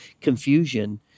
confusion